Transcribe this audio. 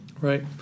Right